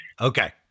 Okay